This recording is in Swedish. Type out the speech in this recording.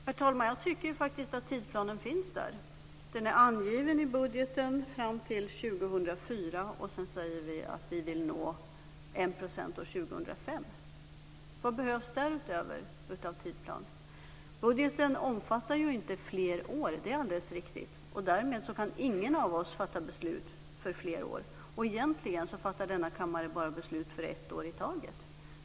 Herr talman! Jag tycker att tidsplanen finns där. Den är angiven i budgeten fram till år 2004. Sedan säger vi att vi vill nå 1 % år 2005. Vad behövs av tidsplan därutöver? Budgeten omfattar inte fler år. Det är alldeles riktigt. Därmed kan ingen av oss fatta beslut för fler år. Egentligen fattar denna kammare bara beslut för ett år i taget.